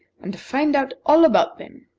and find out all about them.